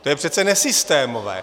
To je přece nesystémové.